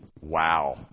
Wow